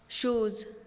shoes